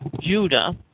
Judah